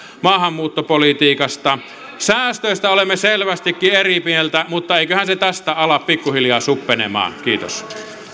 maahanmuuttopolitiikasta säästöistä olemme selvästikin eri mieltä mutta eiköhän se tästä ala pikkuhiljaa suppenemaan kiitos